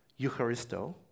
Eucharisto